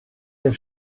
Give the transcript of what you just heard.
der